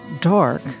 dark